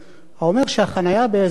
האומר שהחנייה באזור זה